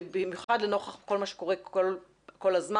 במיוחד לנוכח כל מה שקורה כל הזמן,